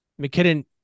McKinnon